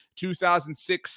2006